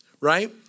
right